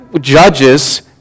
judges